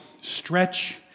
stretch